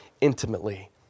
intimately